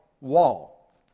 wall